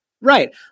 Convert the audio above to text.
Right